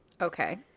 Okay